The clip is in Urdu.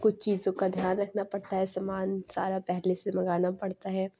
کچھ چیزوں کا دھیان رکھنا پڑتا ہے سامان سارا پہلے سے منگانا پڑتا ہے